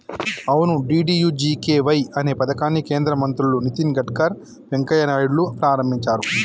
అవును డి.డి.యు.జి.కే.వై అనే పథకాన్ని కేంద్ర మంత్రులు నితిన్ గడ్కర్ వెంకయ్య నాయుడులు ప్రారంభించారు